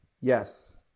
Yes